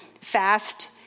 fast